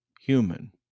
human